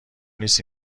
نیست